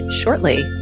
shortly